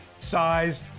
size